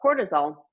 cortisol